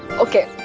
okay.